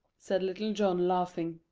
said little john, laughing.